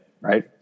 right